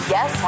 Yes